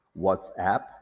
WhatsApp